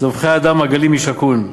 "זֹבחי אדם, עגלים יִשָקוּן".